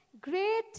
great